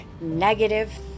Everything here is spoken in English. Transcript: negative